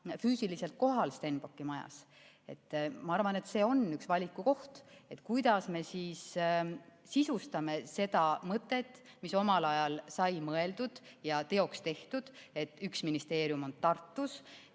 füüsiliselt kohal Stenbocki majas. Ma arvan, et see on üks valikukoht, kuidas me sisustame seda mõtet, mis omal ajal sai mõeldud ja teoks tehtud, et üks ministeerium on Tartus.